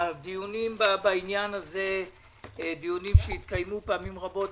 הדיונים בעניין הזה התקיימו פעמים רבות.